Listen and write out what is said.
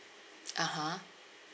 ah ha